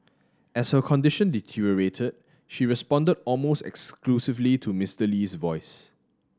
as her condition deteriorated she responded almost exclusively to Mister Lee's voice